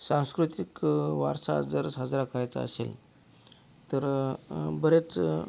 सांस्कृतिक वारसा जर साजरा करायचा असेल तर बरेच